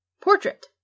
Portrait